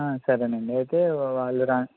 సరేనండి అయితే వాళ్ళు రా